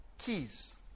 Keys